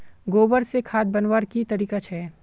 गोबर से खाद बनवार की तरीका छे?